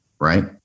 right